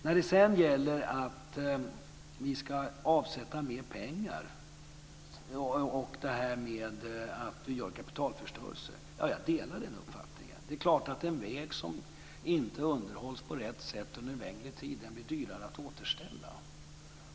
När det sedan gäller att vi ska avsätta mer pengar och att det är kapitalförstöring, delar jag den uppfattningen. Det är klart att en väg som inte underhålls på rätt sätt under en längre tid blir dyrare att återställa.